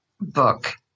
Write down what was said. book